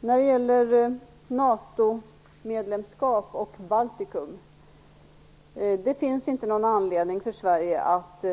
När det gäller NATO-medlemskap och Baltikum finns det inte någon anledning för Sverige att